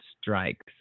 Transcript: strikes